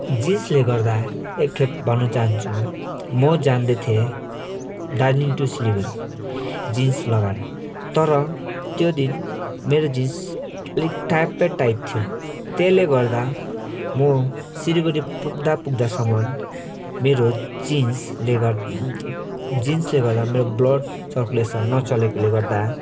जिन्सले गर्दा एकखेप भन्नु चाहन्छु म जाँदैथेँ दार्जिलिङ टु सिलगढी जिन्स लगाएर तर त्यो दिन मेरो जिन्स अलिक ट्याप्पै टाइट थियो त्यसल गर्दा म सिलगढी पुग्दा पुग्दासम्म मेरो जिन्सले गर जिन्सले गर्दा मेरो ब्लड सर्कुलेसन नचलेकोले गर्दा